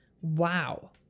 Wow